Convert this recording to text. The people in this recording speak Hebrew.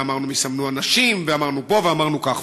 ואמרנו: הם יסמנו אנשים, ואמרנו פה, ואמרנו כך.